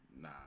Nah